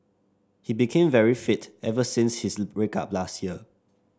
he became very fit ever since his break up last year